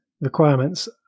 requirements